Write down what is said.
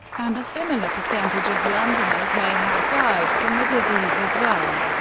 and a similar percentage of londoners may have died from the disease as well.